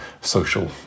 social